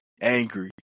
angry